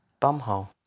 bumhole